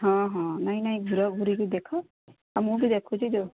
ହଁ ହଁ ନାହିଁ ନାହିଁ ଘର ଘୁୁରିକି ଦେଖ ଆଉ ମୁଁ ବି ଦେଖୁଛି ଯେଉଁ